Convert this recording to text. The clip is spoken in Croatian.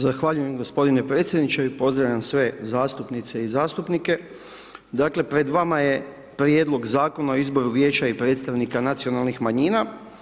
Zahvaljujem gospodine predsjedniče i pozdravljam sve zastupnice i zastupnike, dakle pred vama je Prijedlog Zakona o izvoru vijeća i predstavnika nacionalnih manjina.